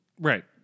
right